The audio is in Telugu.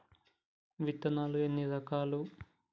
విత్తనాలు ఎన్ని రకాలు?